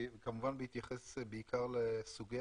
כמובן בהתייחס בעיקר לסוגי